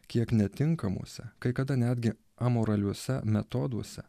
kiek netinkamuose kai kada netgi amoraliuose metoduose